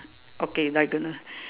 okay diagonal